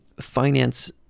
finance